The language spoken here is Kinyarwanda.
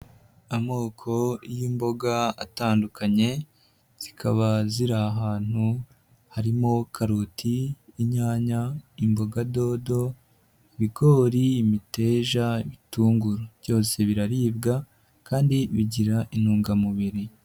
Amoko y'imboga atandukanye, zikaba ziri ahantu harimo karoti, inyanya, imboga dodo, ibigori, imiteja, ibitunguru, byose biraribwa kandi bigira intungamubiri.